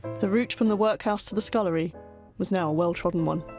the route from the workhouse to the scullery was now a well trodden one.